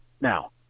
Now